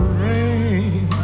rain